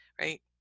right